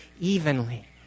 evenly